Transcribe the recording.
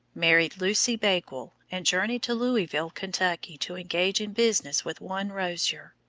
married lucy bakewell, and journeyed to louisville, kentucky, to engage in business with one rozier.